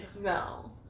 No